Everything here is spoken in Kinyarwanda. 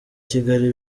kigali